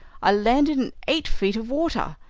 i landed in eight feet of water.